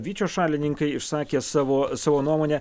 vyčio šalininkai išsakė savo savo nuomonę